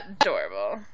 Adorable